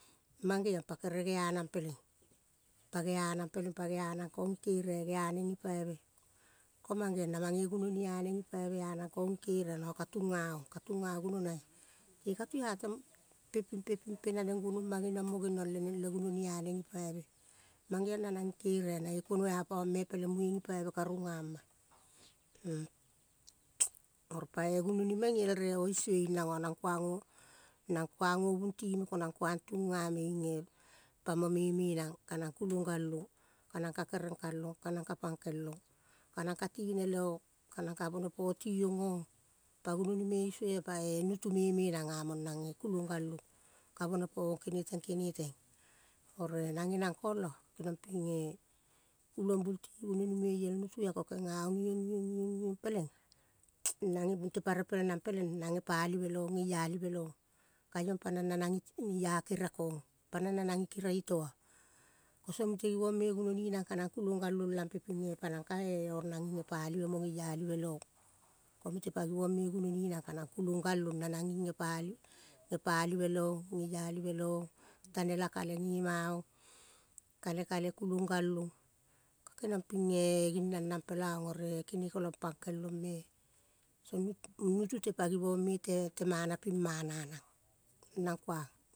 Mang geong pa kere geanang peleng. Pa geanang peleng pa geanang kong ngi keriai gea neng ngipaive. ko mang geong na mange gunoni aneng ngipaive anang kong ngi keriai nang ka tunga ong. Ka tunga gunonai. Te ka tuia te pe pimpe, pimpe naneng guono ma geniong mo geniong leneng le gunoni aneng ngi paive. Mang geong na nang ngi keriai mae kuono a pame peleng munge ngi paive ka rungama oro pae gunoni menga iel reo isue ing nanga nang kuang ngo nang kuang ngo bungti me ko nang kueng tunga me inge pamo meme nang kanang galong. Kanang ka kerengkal long, kanang ka pangkel long, kanang ka tine leong, kanang ka bone potiong o-ong. Pa gunoni me isue pae, nutu meme nang amang nange kulong galong ka bone po ong kene teng keneteng. Oroe nange nankong la. keniong pinge ulombul ti gunoni me iel nutu ko kenga ong iong, iong, iong, iong peleng nange mute pa repel nang peleng nang ngepalive leong ngeialive leong. Kaiong panang nanangi io keria kong panang nanang ikeria itoa kosong mute givong me gunoni nang kanang kulong galong lampe pinge pananga kae oro nang nging ngepalive mo ngeialive leong. Ko mute pa givong me gunoni nang kanang kulong galong. Nanang nging ngepalive leong, ngeialive leong tane la kale ong. Kale, kale kulong galong ka keniang gin nan nang pelang oroe kene kolang pangkelong. Song nutu te pa givong me te temana pimana nang. Nang kuang.